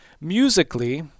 Musically